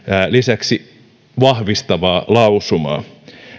lisäksi vahvistavaa lausumaa